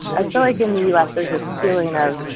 i feel like in the u s. there's this feeling of,